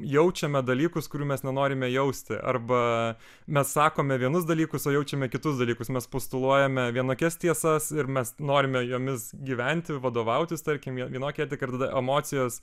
jaučiame dalykus kurių mes nenorime jausti arba mes sakome vienus dalykus o jaučiame kitus dalykus mes postuluojame vienokias tiesas ir mes norime jomis gyventi vadovautis tarkim vienokia etika tada emocijos